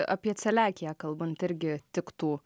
apie celiakiją kalbant irgi tiktų